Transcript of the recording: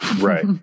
Right